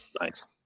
Nice